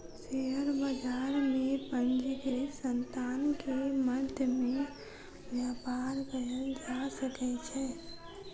share बजार में पंजीकृत संतान के मध्य में व्यापार कयल जा सकै छै